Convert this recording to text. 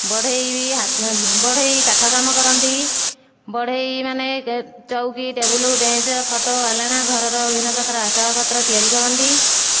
ବଢ଼େଇ ବି ବଢ଼େଇ କାଠ କାମ କରନ୍ତି ବଢ଼େଇ ମାନେ ଚଉକି ଟେବୁଲ ବେଞ୍ଚ ଖଟ ଆଲଣା ଘରର ବିଭିନ୍ନ ପ୍ରକାର ଆସବାବପତ୍ର ତିଆରି କରନ୍ତି